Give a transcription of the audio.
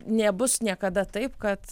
nebus niekada taip kad